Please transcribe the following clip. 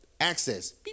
access